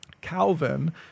Calvin